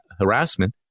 harassment